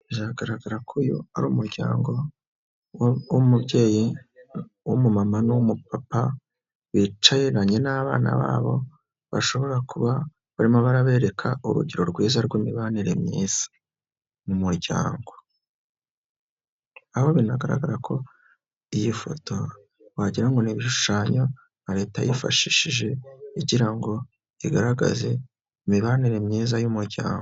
Biragaragara ko uyu ari umuryango w'umubyeyi w'umumama n'uw'umupapa wicaranye n'abana babo, bashobora barimo barabereka urugero rwiza rw'imibanire myiza mu muryango, aho binagaragara ko iyi foto wagira ngo n'ibishushanyo nka leta yifashishije ngo igaragaze imibanire myiza y'umuryango.